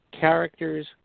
characters